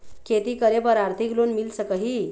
खेती करे बर आरथिक लोन मिल सकही?